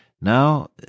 Now